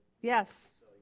Yes